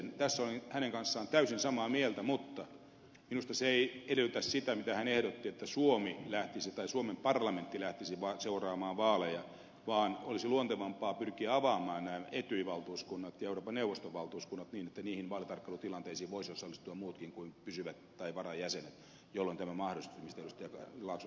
tässä olen hänen kanssaan täysin samaa mieltä mutta minusta se ei edellytä sitä mitä hän ehdotti että suomi lähtisi tai suomen parlamentti lähtisi seuraamaan vaaleja vaan olisi luontevampaa pyrkiä avaamaan nämä etyj valtuuskunnat ja euroopan neuvoston valtuuskunnat niin että niihin vaalitarkkailutilanteisiin voisivat osallistua muutkin kuin pysyvät tai varajäsenet jolloin tämä mahdollistuisi mistä ed